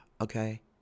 Okay